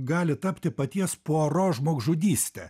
gali tapti paties puaro žmogžudystė